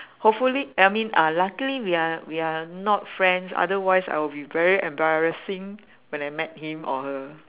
hopefully I mean uh luckily we are we are not friends otherwise I will be very embarrassing when I met him or her